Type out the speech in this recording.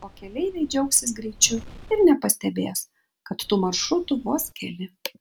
o keleiviai džiaugsis greičiu ir nepastebės kad tų maršrutų vos keli